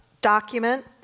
document